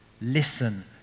Listen